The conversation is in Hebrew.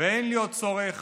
ואין לי צורך